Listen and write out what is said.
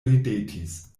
ridetis